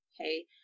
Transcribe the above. Okay